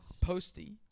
Posty